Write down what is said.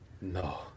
No